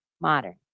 Modern